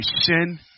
sin